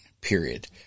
period